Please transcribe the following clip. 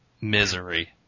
misery